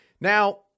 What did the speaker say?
Now